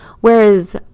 Whereas